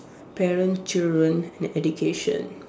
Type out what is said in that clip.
parent children and education